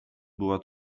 była